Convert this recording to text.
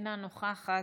אינה נוכחת,